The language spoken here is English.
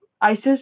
ISIS